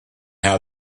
how